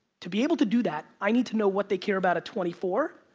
to be able to do that, i need to know what they care about at twenty four,